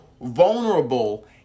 vulnerable